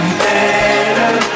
better